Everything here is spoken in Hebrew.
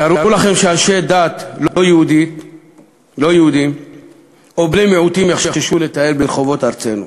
תארו לכם שאנשי דת לא יהודים או בני-מיעוטים יחששו לטייל ברחובות ארצנו.